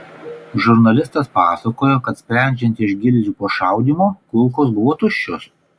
žurnalistas pasakojo kad sprendžiant iš gilzių po šaudymo kulkos buvo tuščios